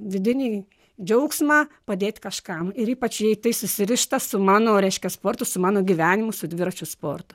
vidinį džiaugsmą padėt kažkam ir ypač jei tai susirišta su mano reiškia sportu su mano gyvenimu su dviračių sportu